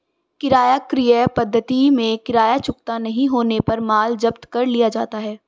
किराया क्रय पद्धति में किराया चुकता नहीं होने पर माल जब्त कर लिया जाता है